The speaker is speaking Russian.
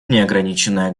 неограниченное